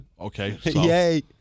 Okay